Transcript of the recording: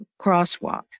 crosswalk